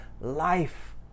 life